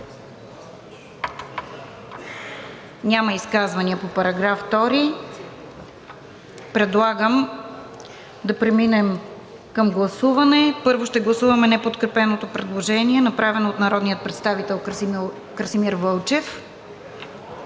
ли изказвания? Няма. Предлагам да преминем към гласуване. Първо ще гласуваме неподкрепеното предложение, направено от народния представител Красимир Вълчев.